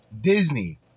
Disney